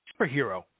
superhero